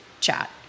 chat